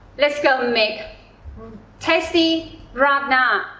let's go make tasty rad na.